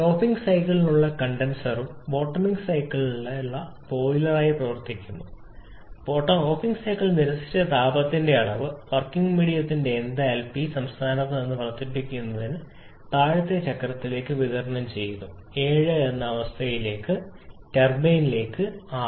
topping സൈക്കിളിനുള്ള കണ്ടൻസറും ബോട്ടൊമിങ് സൈക്കിളിനുള്ള ബോയിലറായി പ്രവർത്തിക്കുന്നു ടോപ്പിംഗ് സൈക്കിൾ നിരസിച്ച താപത്തിന്റെ അളവ് വർക്കിംഗ് മീഡിയത്തിന്റെ എന്തൽപി സംസ്ഥാനത്ത് നിന്ന് വർദ്ധിപ്പിക്കുന്നതിന് താഴത്തെ ചക്രത്തിലേക്ക് വിതരണം ചെയ്യുന്നു 7 എന്ന അവസ്ഥയിലേക്ക് ടർബൈനിലേക്ക് 6